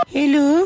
Hello